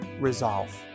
resolve